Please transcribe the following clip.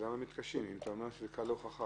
למה הם מתקשים אם אתה אומר שזה קל להוכחה?